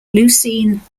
leucine